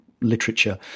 literature